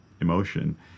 emotion